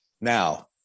now